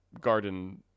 garden